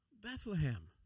Bethlehem